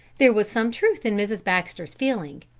there was some truth in mrs. baxter's feeling.